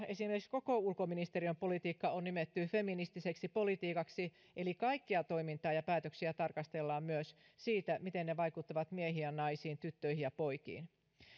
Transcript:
esimerkiksi ruotsissa koko ulkoministeriön politiikka on nimetty feministiseksi politiikaksi eli kaikkea toimintaa ja päätöksiä tarkastellaan myös siitä näkökulmasta miten ne vaikuttavat miehiin ja naisiin tyttöihin ja poikiin